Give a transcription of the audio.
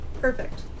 Perfect